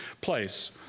place